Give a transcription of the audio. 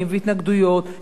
שעיקרם,